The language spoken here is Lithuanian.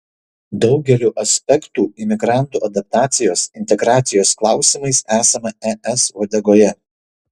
daugeliu aspektų imigrantų adaptacijos integracijos klausimais esame es uodegoje